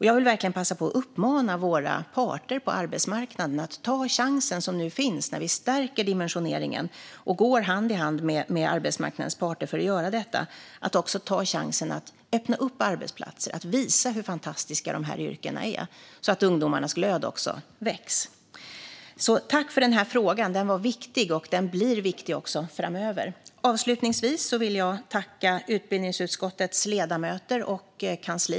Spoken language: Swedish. Jag vill verkligen passa på att uppmana parterna på arbetsmarknaden att ta den chans som nu finns när vi stärker dimensioneringen hand i hand med arbetsmarknadens parter att ta chansen att öppna upp arbetsplatser och visa hur fantastiska de här yrkena är, så att ungdomarnas glöd väcks. Tack för den här frågan! Den är viktig, och den blir viktig också framöver. Avslutningsvis vill jag tacka utbildningsutskottets ledamöter och kansli.